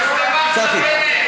צחי.